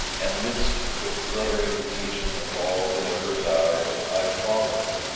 and midst the fluttering legion of all that ever died i follow,